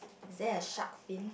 then a shark fin